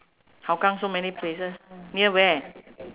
hougang so many places near where